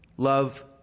love